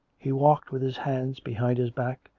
he walked with his hands behind his back,